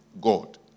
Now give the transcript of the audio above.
God